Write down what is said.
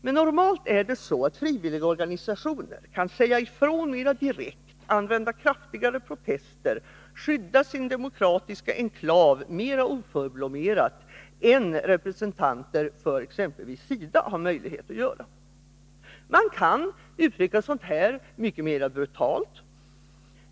Men normalt är det så att frivilligorganisationer kan säga ifrån mera direkt, använda kraftigare protester och skydda sin demokratiska enklav mera oförblommerat än exempelvis representanter för SIDA har möjlighet att göra. Man kan uttrycka sådant här mycket mera brutalt.